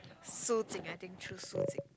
Su Jing I think choose Su Jing